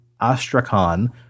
astrakhan